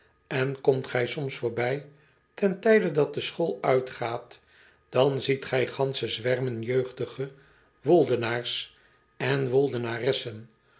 en komt gij soms voorbij ten tijde dat de school uitgaat dan ziet gij gansche zwermen jeugdige ooldenaars en ooldenaressen